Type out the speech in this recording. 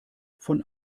von